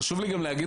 חשוב לי לדבר